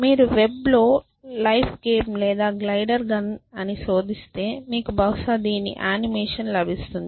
మీరు వెబ్లో life game లేదా గ్లైడర్ గన్ని శోధిస్తే మీకు బహుశా దీని యానిమేషన్ లభిస్తుంది